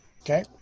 Okay